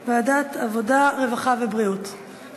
מוקדם בוועדת העבודה, הרווחה והבריאות נתקבלה.